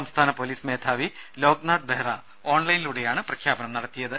സംസ്ഥാന പോലീസ് മേധാവി ലോക്നാഥ് ബഹ്റ ഓൺലൈനിലൂടെയാണ് പ്രഖ്യാപനം നടത്തിയത്